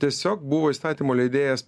tiesiog buvo įstatymo leidėjas